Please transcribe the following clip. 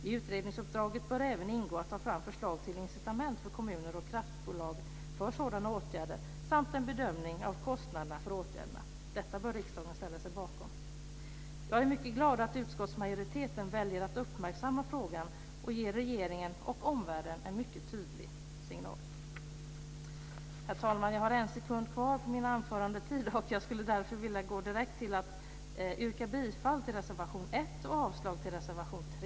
I utredningsuppdraget bör även ingå att ta fram förslag till incitament för kommuner och kraftbolag för sådana åtgärder samt en bedömning av kostnaderna för åtgärderna. Detta bör riksdagen ställa sig bakom. Jag är mycket glad över att utskottsmajoriteten väljer att uppmärksamma frågan och ge regeringen och omvärlden en mycket tydlig signal. Jag yrkar bifall till reservation 1 och avslag på reservation 3.